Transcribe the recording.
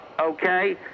okay